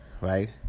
right